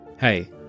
Hey